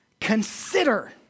Consider